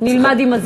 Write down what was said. נלמד עם הזמן.